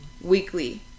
Weekly